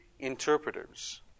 interpreters